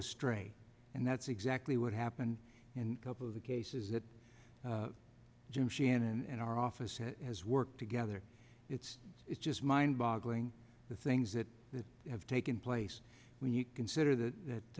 astray and that's exactly what happened and couple of the cases that jim shannon and our office has worked together it's it's just mind boggling the things that have taken place when you consider that that